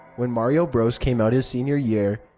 when mario bros came out his senior year,